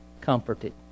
comforted